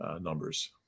numbers